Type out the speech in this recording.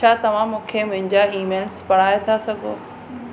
छा तव्हां मूंखे मुंहिंजा ईमेल्स पढ़ाए था सघो